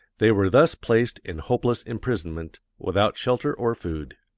they were thus placed in hopeless imprisonment, without shelter or food.